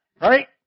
Right